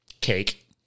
Cake